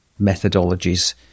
methodologies